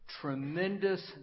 tremendous